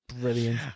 brilliant